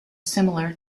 similar